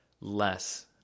less